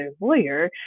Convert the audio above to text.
lawyer